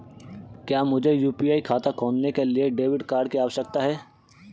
क्या मुझे यू.पी.आई खाता खोलने के लिए डेबिट कार्ड की आवश्यकता है?